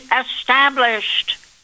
established